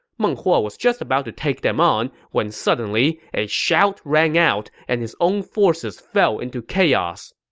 meng huo was just about to take them on when suddenly, a shout rang out and his own forces fell into chaos.